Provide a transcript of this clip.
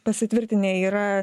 pasitvirtinę yra